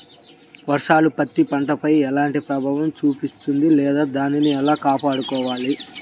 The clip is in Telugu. వర్షాలు పత్తి పంటపై ఎలాంటి ప్రభావం చూపిస్తుంద లేదా దానిని ఎలా కాపాడుకోవాలి?